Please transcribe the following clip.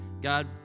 God